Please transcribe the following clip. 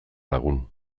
lagun